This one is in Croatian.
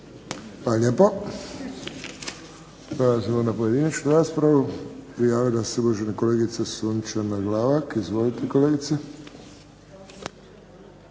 lijepo. Prelazimo na pojedinačnu raspravu. Prijavila se uvažena kolegica Sunčana Glavak. Izvolite, kolegice.